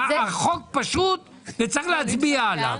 החוק פשוט וצריך להצביע עליו.